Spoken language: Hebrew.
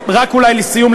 רק אולי לסיום,